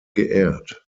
geehrt